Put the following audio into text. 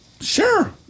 sure